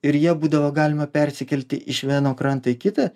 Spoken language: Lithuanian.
ir ja būdavo galima persikelti iš vieno kranto į kitą